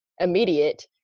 immediate